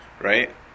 right